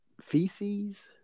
feces